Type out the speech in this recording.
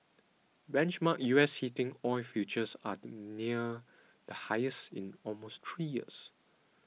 benchmark U S heating oil futures are near the highest in almost three years